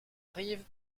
arrive